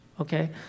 okay